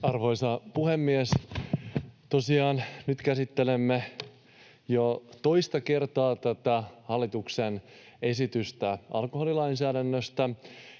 Arvoisa puhemies! Tosiaan nyt käsittelemme jo toista kertaa tätä hallituksen esitystä alkoholilainsäädännöstä.